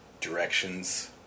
directions